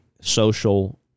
social